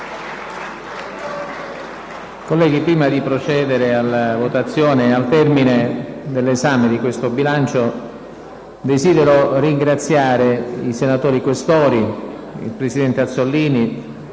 Colleghi, prima di procedere alla votazione al termine dell'esame di questo bilancio desidero ringraziare i senatori Questori e il presidente Azzollini